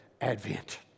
advent